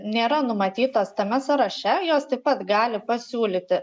nėra numatytos tame sąraše jos taip pat gali pasiūlyti